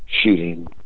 shooting